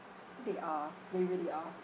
they are they really are